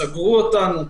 סגרו אותנו.